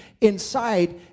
inside